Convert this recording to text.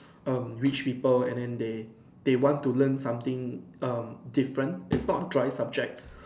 um rich people and then they they want to learn something um different it's not a dry subject